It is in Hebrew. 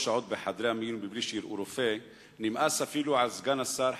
שעות בחדרי המיון בלי שיראו רופא נמאס אפילו על סגן השר,